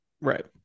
right